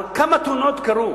הרי כמה תאונות קרו